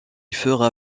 fera